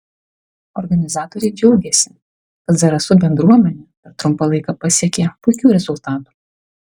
organizatoriai džiaugėsi kad zarasų bendruomenė per trumpą laiką pasiekė puikių rezultatų